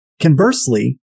Conversely